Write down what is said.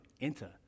enter